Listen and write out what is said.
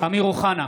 אמיר אוחנה,